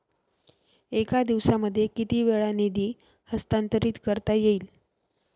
एका दिवसामध्ये किती वेळा निधी हस्तांतरीत करता येईल?